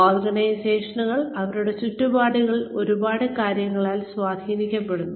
ഓർഗനൈസേഷനുകൾ അവരുടെ ചുറ്റുപാടുകളിൽ ഒരുപാട് കാര്യങ്ങളാൽ സ്വാധീനിക്കപ്പെടുന്നു